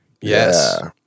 yes